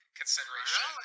consideration